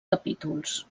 capítols